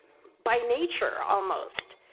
by nature almost.